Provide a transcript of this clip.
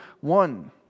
one